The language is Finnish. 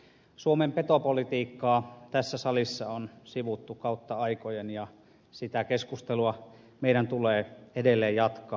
suomen petopolitiikkaa tässä salissa on sivuttu kautta aikojen ja sitä keskustelua meidän tulee edelleen jatkaa